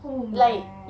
oh man